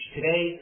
Today